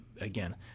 again